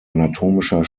anatomischer